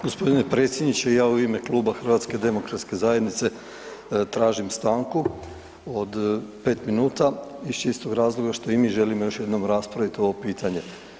Gospodine predsjedniče, ja u ime Kluba HDZ-a tražim stanku od 5 minuta iz čistog razloga što i mi želimo još jednom raspravim ovo pitanje.